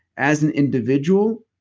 as an individual,